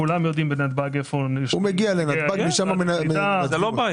כולם יודעים בנתב"ג איפה יש עמדת קליטה.